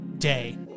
Day